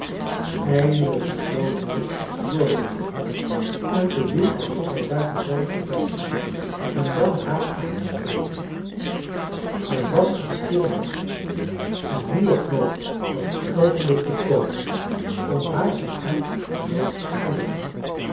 eindelijk besloot hij door te loopen en te doen alsof hij daar toevallig voorbijkwam en dan haar aan te spreken het was een stille plek en nu of nooit was het oogenblik gekomen om haar zijn hart bloot te leggen